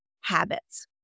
habits